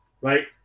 right